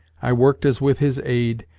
i worked as with his aid,